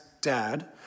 dad